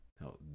no